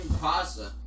pasta